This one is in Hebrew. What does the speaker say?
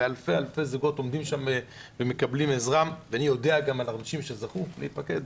ואלפי זוגות עומדים שם ומקבלים עזרה ואני יודע גם אנשים שזכו להיפקד.